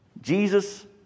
Jesus